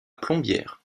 plombières